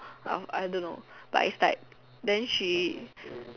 um I don't know but is like then she